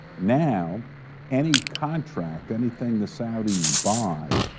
now any contract, anything the saudis buy,